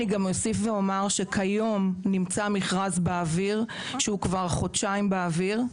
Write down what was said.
אני אוסיף ואומר שכיום יש מכרז שנמצא כבר חודשיים באוויר.